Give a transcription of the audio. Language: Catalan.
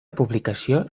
publicació